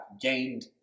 gained